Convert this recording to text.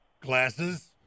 glasses